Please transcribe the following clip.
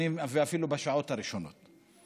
במיוחד בימים הראשונים, אפילו בשעות הראשונות.